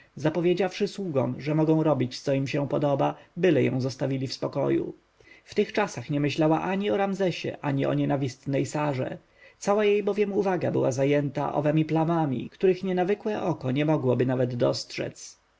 zapowiedziawszy sługom że mogą robić co im się spodoba byle ją zostawili w spokoju w tych czasach nie myślała ani o ramzesie ani o nienawistnej sarze cała jej bowiem uwaga była zajęta plamami na czole których nienawykłe oko nie mogłoby nawet dostrzec